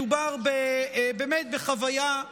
מדובר באמת בחוויה לא פשוטה.